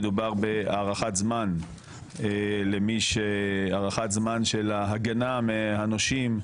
מדובר בהארכת זמן למי שהארכת זמן של ההגנה מהנושים,